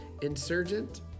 Insurgent